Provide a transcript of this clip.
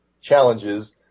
challenges